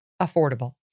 affordable